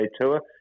Tour